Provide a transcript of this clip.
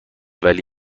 ولی